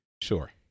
Sure